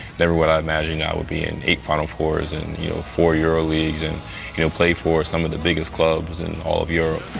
never would i have imagined i would be in eight final fours and you know four euroleagues and you know play for some of the biggest clubs in all of europe.